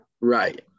Right